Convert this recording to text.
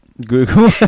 Google